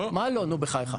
נו, בחייך.